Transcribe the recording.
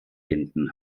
hinten